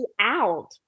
out